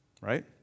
right